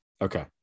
Okay